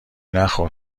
نخور